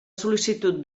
sol·licitud